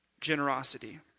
generosity